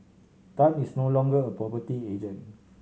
Tan is no longer a property agent